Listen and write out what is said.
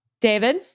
David